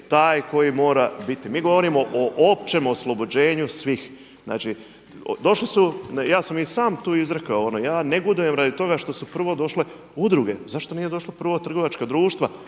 taj koji mora biti. Mi govorimo o općem oslobođenju svih. Znači došli su, ja sam i sam tu izrekao, ja negodujem radi toga što su prvo došle udruge. Zašto nije došla prvo trgovačka društva?